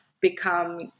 become